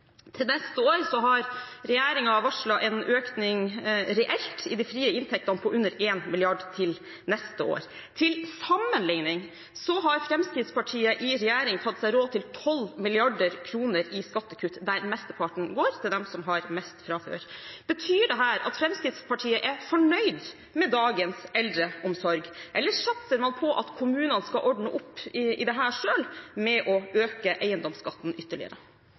for neste år. Til sammenligning har Fremskrittspartiet i regjering tatt seg råd til 12 mrd. kr i skattekutt, der mesteparten går til dem som har mest fra før. Betyr dette at Fremskrittspartiet er fornøyd med dagens eldreomsorg, eller satser man på at kommunene skal ordne opp i dette selv ved å øke eiendomsskatten ytterligere?